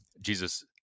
Jesus